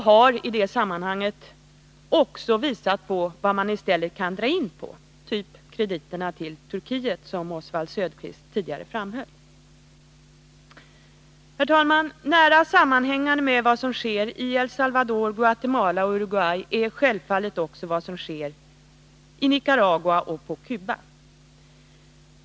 Vi har också anvisat vad man i stället kan dra in på, typ krediterna till Turkiet, vilket Oswald Söderqvist tidigare framhöll. Herr talman! Nära sammanhängande med vad som sker i El Salvador, Guatemala och Uruguay är självfallet också vad som sker i Nicaragua och på Cuba.